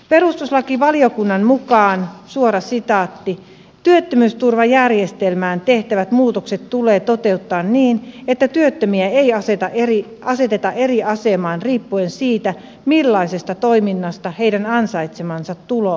perustuslakivaliokunnan mukaan työttömyysturvajärjestelmään tehtävät muutokset tulee toteuttaa niin että työttömiä ei aseteta eri asemaan riippuen siitä millaisesta toiminnasta heidän ansaitsemansa tulo on peräisin